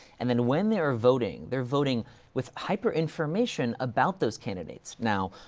and then when they are voting, they're voting with hyper-information about those candidates. now,